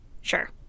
Sure